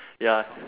ya